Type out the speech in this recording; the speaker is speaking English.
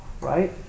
right